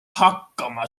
hakkama